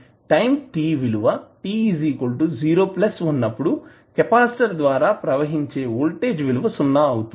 time t విలువ t 0 ఉన్నప్పుడు capacitor ద్వారా ప్రవహించే వోల్టేజ్ విలువ సున్నా అవుతుంది